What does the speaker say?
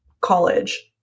college